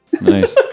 nice